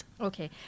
Okay